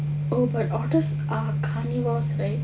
oh but otters are carnivores right